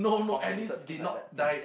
convoluted scheme like that